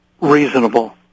reasonable